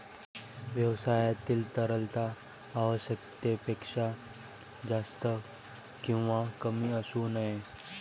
व्यवसायातील तरलता आवश्यकतेपेक्षा जास्त किंवा कमी असू नये